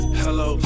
hello